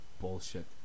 bullshit